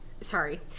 Sorry